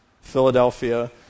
Philadelphia